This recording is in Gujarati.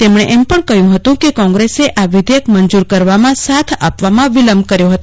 તેમણે એમ પણ કહ્યું કે કોંગ્રેસે આ વિધેયક મંજૂર કરવામાં સાથ આપવામાં વિલંબ કર્યો હતો